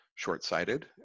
short-sighted